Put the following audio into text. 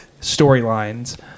storylines